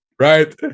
right